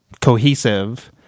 cohesive